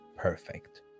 Perfect